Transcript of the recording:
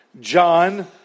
John